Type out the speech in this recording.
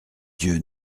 dieu